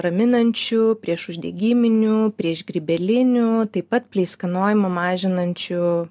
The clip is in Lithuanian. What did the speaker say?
raminančiu priešuždegiminiu priešgrybeliniu taip pat pleiskanojimą mažinančiu